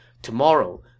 Tomorrow